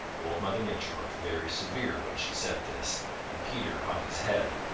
old mother nature looked very severe when she said this and peter hung his head.